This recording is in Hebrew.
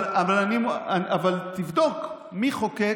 אבל תבדוק מי חוקק.